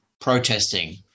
protesting